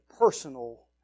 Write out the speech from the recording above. personal